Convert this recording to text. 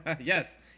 Yes